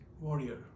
warrior